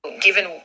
Given